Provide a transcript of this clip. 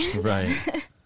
Right